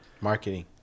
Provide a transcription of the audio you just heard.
marketing